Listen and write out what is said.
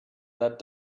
that